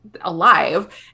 alive